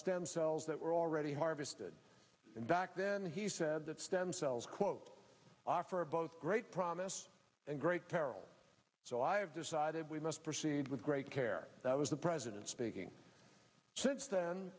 stem cells that were already harvested and back then he said that stem cells quote offer of both great promise and great peril so i have decided we must proceed with great care that was the president speaking since then